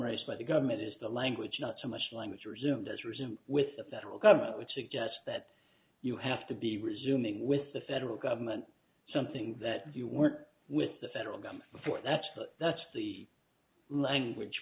raised by the government is the language not so much language resumes as resume with the federal government which suggests that you have to be resuming with the federal government something that you work with the federal government before that's that's the language